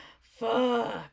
fuck